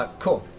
ah cool.